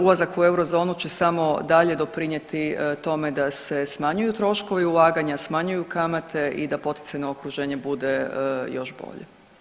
Ulazak u eurozonu će samo dalje doprinijeti tome da se smanjuju troškovi ulaganja, smanjuju kamate i da poticajno okruženje bude još bolje.